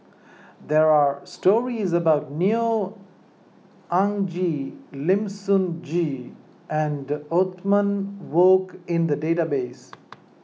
there are stories about Neo Anngee Lim Sun Gee and Othman Wok in the database